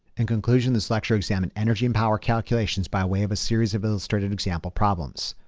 in conclusion, this lecture examine energy and power calculations by way of a series of illustrated example problems.